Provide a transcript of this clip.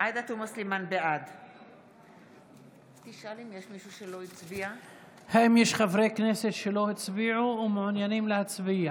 בעד האם יש חברי כנסת שלא הצביעו ומעוניינים להצביע?